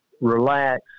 relax